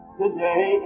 today